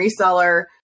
reseller